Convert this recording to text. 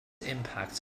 impact